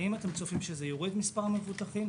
האם אתם צופים שזה יוריד את מספר המבוטחים?